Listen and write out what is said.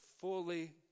fully